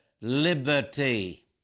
liberty